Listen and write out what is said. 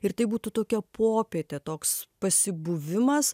ir tai būtų tokia popietė toks pasibuvimas